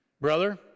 Brother